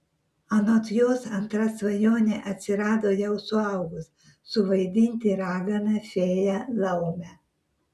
anot jos antra svajonė atsirado jau suaugus suvaidinti raganą fėją laumę